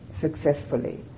successfully